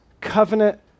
covenant